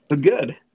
Good